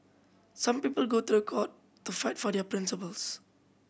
some people go to the court to fight for their principles